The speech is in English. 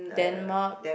Denmark